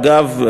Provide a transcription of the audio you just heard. אגב,